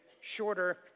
shorter